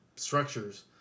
structures